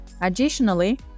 Additionally